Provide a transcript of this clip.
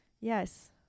Yes